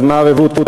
אז מה הרבותא,